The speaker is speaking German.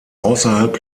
außerhalb